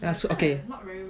ya so okay